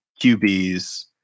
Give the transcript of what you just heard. QBs